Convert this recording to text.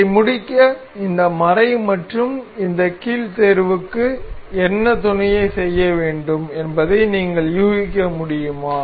இதை முடிக்க இந்த மறை மற்றும் இந்த கீல் தேர்வுக்கு என்ன துணையை செய்ய வேண்டும் என்பதை நீங்கள் யூகிக்க முடியுமா